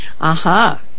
Aha